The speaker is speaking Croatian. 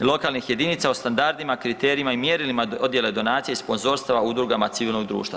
lokalnih jedinica o standardima, kriterijima i mjerilima dodjele donacije i sponzorstava udrugama civilnog društva.